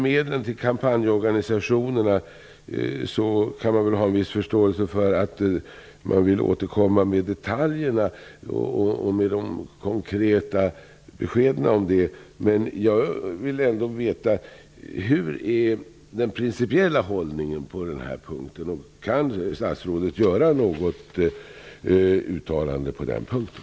Man kan ha en viss förståelse för att regeringen vill återkomma med detaljerna och de konkreta beskeden om medlen till kampanjorganisationerna. Men jag vill ändå veta hur den principiella hållningen är. Kan statsrådet göra något uttalande på den punkten?